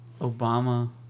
Obama